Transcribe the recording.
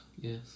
Yes